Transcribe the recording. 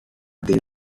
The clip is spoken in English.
they